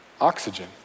oxygen